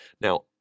Now